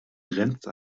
grenzt